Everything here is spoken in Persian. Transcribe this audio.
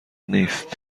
نیست